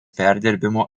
perdirbimo